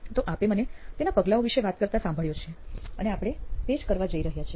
તો આપે મને તેના પગલાંઓ વિશે વાત કરતા સાંભળ્યો છે અને આપણે તે જ કરવા જઈએ છીએ